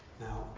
Now